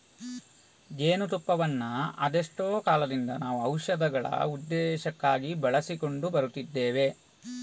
ಜೇನು ತುಪ್ಪವನ್ನ ಅದೆಷ್ಟೋ ಕಾಲದಿಂದ ನಾವು ಔಷಧಗಳ ಉದ್ದೇಶಕ್ಕಾಗಿ ಬಳಸಿಕೊಂಡು ಬರುತ್ತಿದ್ದೇವೆ